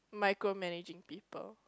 micromanaging people